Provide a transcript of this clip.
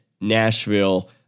Nashville